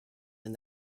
and